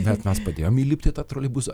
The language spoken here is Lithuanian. bet mes padėjom įlipti į tą troleibusą